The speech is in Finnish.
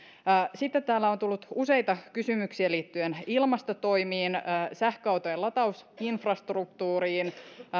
sitten täällä on tullut useita kysymyksiä liittyen ilmastotoimiin sähköautojen latausinfrastruktuuriin